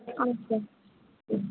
ಹಾಂ ಸರ್